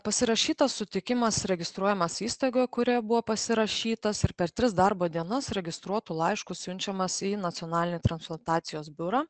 pasirašytas sutikimas registruojamas įstaigoje kurioje buvo pasirašytas ir per tris darbo dienas registruotu laišku siunčiamas į nacionalinį transplantacijos biurą